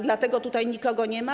Dlatego tutaj nikogo nie ma.